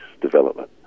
development